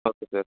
okay sir